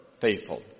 faithful